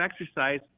exercise